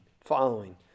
following